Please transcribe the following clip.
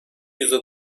yüzde